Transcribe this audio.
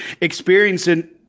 experiencing